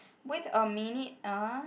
wait a minute ah